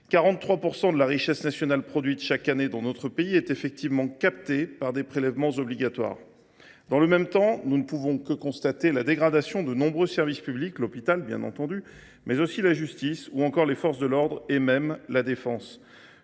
43 % de la richesse nationale produite chaque année dans notre pays est captée par des prélèvements obligatoires. Dans le même temps, nous ne pouvons que constater la dégradation de nombreux services publics : l’hôpital, bien entendu, mais également la justice, les forces de l’ordre et même la défense.